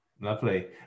Lovely